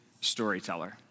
storyteller